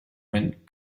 went